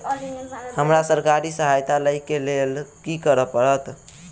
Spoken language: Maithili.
हमरा सरकारी सहायता लई केँ लेल की करऽ पड़त?